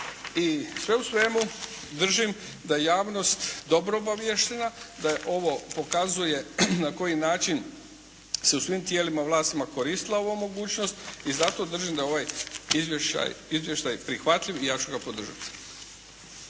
I sve u svemu držim da je javnost dobro obaviještena, da je ovo pokazuje na koji način se u svim tijelima vlasti koristila ovu mogućnost i zato držim da je ovaj izvještaj prihvatljiv i ja ću ga podržati.